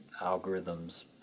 algorithms